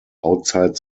outside